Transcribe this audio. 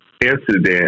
incident